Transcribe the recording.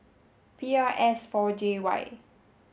P R S four J Y